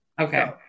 Okay